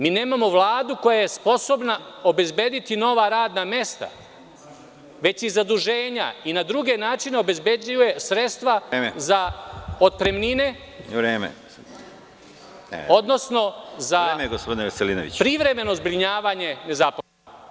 Mi nemamo Vladu koja je sposobna obezbediti nova radna mesta, već i zaduženja i na druge načine obezbeđuje sredstva za otpremnine odnosno za privremeno zbrinjavanje nezaposlenih.